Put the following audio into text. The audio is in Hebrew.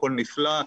הכול נפלא,